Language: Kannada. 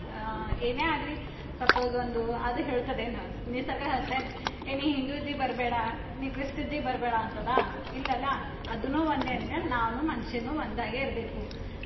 ಏನೇ ಆಗಲಿ ಸಪೋಸ್ ಒಂದು ಅದು ಹೇಳ್ತದೇನು ಸ್ ನಿಸರ್ಗ ಹೇಳ್ತದೇನು ಏ ನೀ ಹಿಂದೂ ಇದ್ದಿ ಬರಬೇಡ ನೀ ಕ್ರಿಸ್ತ ಇದ್ದಿ ಬರಬೇಡ ಅಂತದ ಇಲ್ಲಲ್ಲ ಅದು ಒಂದೇ ಅಂದ್ಮೇಲೆ ನಾವು ಮನುಷ್ಯನು ಒಂದಾಗೇ ಇರಬೇಕು